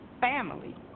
family